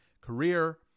career